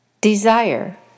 desire